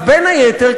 אז בין היתר,